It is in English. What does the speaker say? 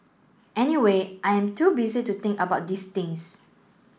anyway I am too busy to think about these things